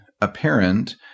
apparent